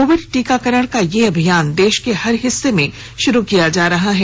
Covid टीकाकरण का यह अभियान देश के हर हिस्से में शुरू किया जा रहा है